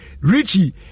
Richie